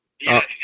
yes